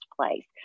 place